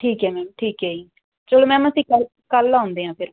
ਠੀਕ ਹੈ ਮੈਮ ਠੀਕ ਹੈ ਜੀ ਚੱਲੋ ਮੈਮ ਅਸੀਂ ਕੱਲ ਕੱਲ ਆਉਂਦੇ ਹਾਂ ਫਿਰ